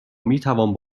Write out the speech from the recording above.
میتوان